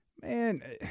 Man